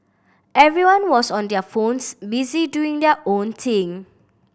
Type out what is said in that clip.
everyone was on their phones busy doing their own thing